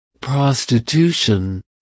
prostitution